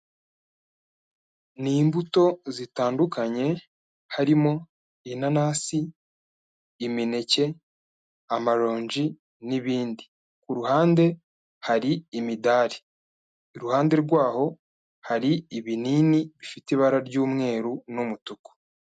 Ni imbuto zitandukanye, harimo inanasi, imineke, amalongi n'ibindi, ku ruhande hari imidari, iruhande rwaho hari ibinini bifite ibara ry'umweru n'umutuku.